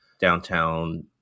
downtown